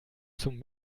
zum